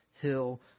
hill